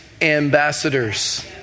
ambassadors